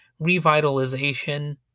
revitalization